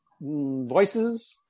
voices